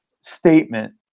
statement